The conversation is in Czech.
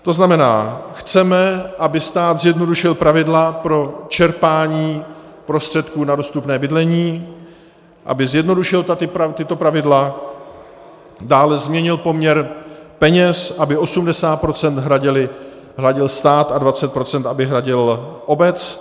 To znamená, chceme, aby stát zjednodušil pravidla pro čerpání prostředků na dostupné bydlení, aby zjednodušil tato pravidla, dále změnil poměr peněz, aby 80 % hradil stát a 20 % aby hradila obec.